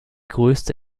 größte